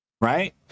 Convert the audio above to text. right